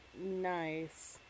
Nice